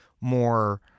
more